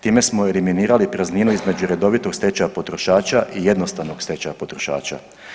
Time smo eliminirali prazninu između redovitog stečaja potrošača i jednostavnog stečaja potrošača.